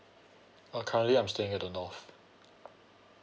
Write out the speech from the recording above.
uh currently I'm staying at the north